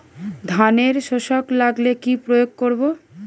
ধানের শোষক লাগলে কি প্রয়োগ করব?